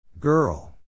Girl